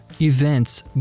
events